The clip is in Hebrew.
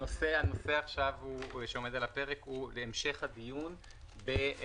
הנושא שעומד על הפרק הוא המשך הדיון בהפרות